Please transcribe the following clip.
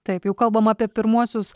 taip jau kalbama apie pirmuosius